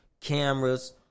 cameras